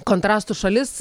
kontrastų šalis